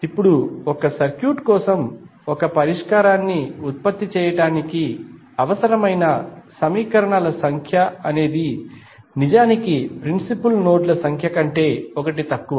ఇప్పుడు ఒక సర్క్యూట్ కోసం ఒక పరిష్కారాన్ని ఉత్పత్తి చేయడానికి అవసరమైన సమీకరణాల సంఖ్య అనేది నిజానికి ప్రిన్సిపుల్ నోడ్ ల సంఖ్య కంటే 1 తక్కువ